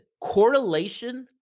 correlation